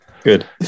Good